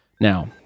Now